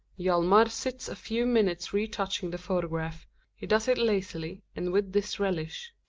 hjalmar sits a few minutes retouching the photograph he does it lazily and with disrelish.